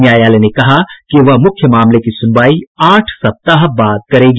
न्यायालय ने कहा कि वह मुख्य मामले की सुनवाई आठ सप्ताह बाद करेगी